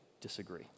disagree